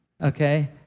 Okay